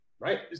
Right